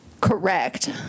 Correct